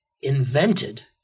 invented